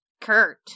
Kurt